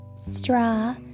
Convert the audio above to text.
straw